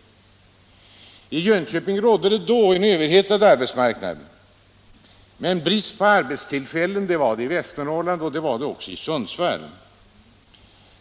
sysselsättnings och I Jönköping rådde då en överhettad arbetsmarknad. Brist på arbetstillfällen — regionalpolitik var det däremot i Västernorrland och även i Sundsvall.